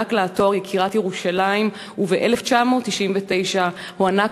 הוענק לה התואר "יקירת ירושלים" וב-1999 הוענק